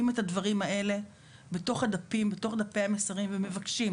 את הדברים האלה בתוך דפי המסרים ומתחננים